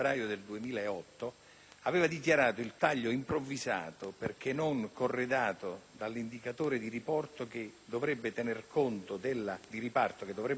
aveva definito il taglio improvvisato, perché non corredato dall'indicatore di riparto che dovrebbe tener conto dell'entità